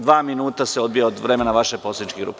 Dva minuta se odbija od vremena vaše poslaničke grupe.